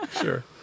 Sure